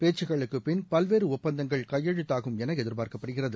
பேச்சுக்களுக்கு பின் பல்வேறு ஒப்பந்தங்கள் கையெழுத்தாகும் என எதிர்பார்க்கப்படுகிறது